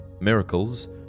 Miracles